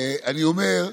אני אומר: